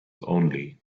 only